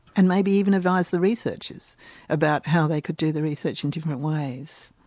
and maybe even advise the researchers about how they could do the research in different ways.